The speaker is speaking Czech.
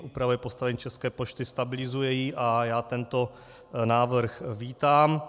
Upravuje postavení České pošty, stabilizuje ji a já tento návrh vítám.